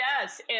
Yes